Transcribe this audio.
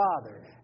Father